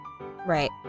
right